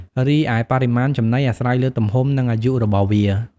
រីឯបរិមាណចំណីអាស្រ័យលើទំហំ និងអាយុរបស់ក្រពើ។